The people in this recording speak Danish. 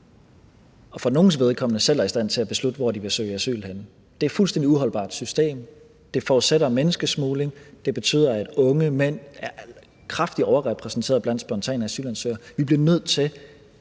og for nogles vedkommende selv er i stand til at beslutte, hvor de vil søge asyl. Det er et fuldstændig uholdbart system – det forudsætter menneskesmugling; det betyder, at unge mænd er kraftigt overrepræsenteret blandt spontane asylansøgere. Vi bliver nødt til